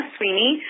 Sweeney